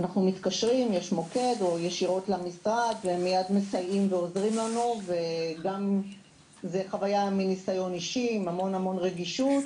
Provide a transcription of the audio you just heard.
אנחנו מתקשרים למוקד או למשרד והם מיד מסייעים ועוזרים לנו בהמון רגישות